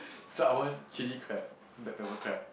so I want chilli crab black pepper crab